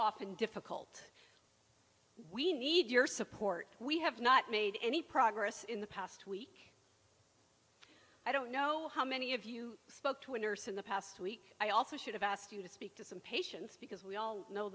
often difficult we need your support we have not made any progress in the past week i don't know how many of you spoke to a nurse in the past week i also should have asked you to speak to some patients because we all know